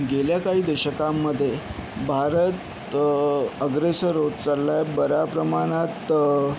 गेल्या काही दशकांमध्ये भारत अग्रेसर होत चाललाय बऱ्या प्रमाणात